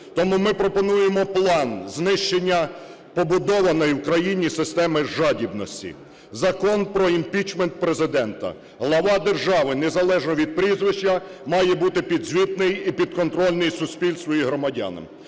Тому ми пропонуємо план знищення побудованої в Україні системи жадібності. Закон про імпічмент Президента: глава держави незалежно від прізвища має бути підзвітний і підконтрольний суспільству і громадянам.